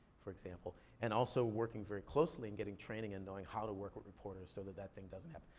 for example. and also working very closely and getting training and knowing how to work with reporters so that that thing doesn't happen.